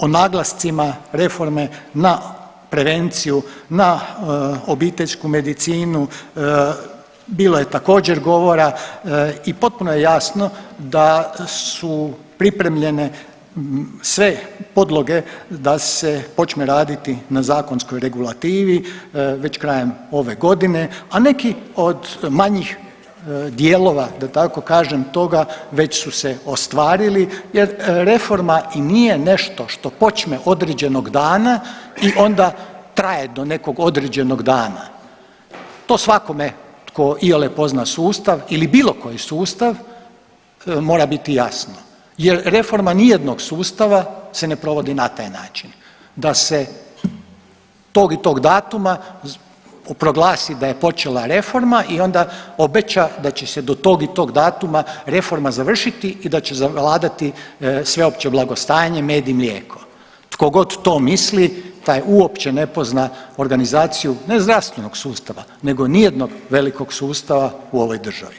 O naglascima reforme, na prevenciju, na obiteljsku medicinu, bilo je također govora i potpuno je jasno da su pripremljene sve podloge da se počne raditi na zakonskoj regulativi već krajem ove godine, a neki od manjih dijelova da tako kažem toga već su se ostvarili jer reforma i nije nešto što počne određenog dana i onda traje do nekog određenog dana, to svakome tko iole pozna sustav ili bilo koji sustav mora biti jasno jer reforma nijednog sustava se ne provodi na taj način da se tog i tog datuma proglasi da je počela reforma i onda obeća da će se do tog i tog datuma reforma završiti i da će zavladati sveopće blagostanje, med i mlijeko, tko god to misli taj uopće ne pozna organizaciju, ne zdravstvenog sustava nego nijednog velikog sustava u ovoj državi.